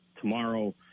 tomorrow